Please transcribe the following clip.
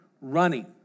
running